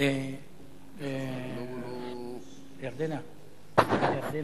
אדוני היושב-ראש,